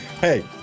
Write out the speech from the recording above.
Hey